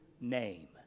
name